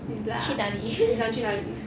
去哪里